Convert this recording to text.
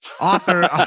author